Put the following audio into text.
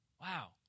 Wow